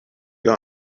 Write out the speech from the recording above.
they